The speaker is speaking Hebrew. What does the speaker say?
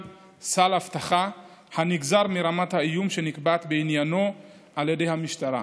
סל אבטחה הנגזר מרמת האיום שנקבעת בעניינו על ידי המשטרה.